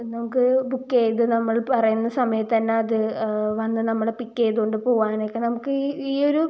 നമുക്ക് ബുക്ക് ചെയ്ത് നമ്മൾ പറയുന്ന സമയത്ത് തന്നെ അത് വന്ന് നമ്മൾ പിക്ക് ചെയ്ത് കൊണ്ട് പോകാനൊക്കെ നമുക്ക് ഈ ഒരു